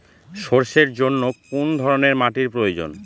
সরষের জন্য কোন ধরনের মাটির প্রয়োজন?